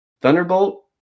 Thunderbolt